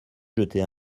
jeter